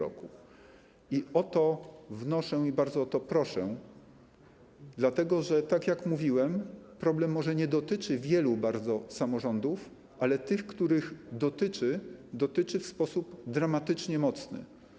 O to wnoszę i bardzo o to proszę, dlatego że, tak jak mówiłem, problem może nie dotyczy bardzo wielu samorządów, ale tych, których dotyczy, dotyczy w sposób dramatycznie mocny.